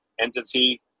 entity